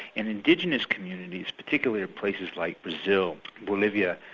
and indigenous communities, particularly in places like brazil, bolivia,